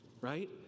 right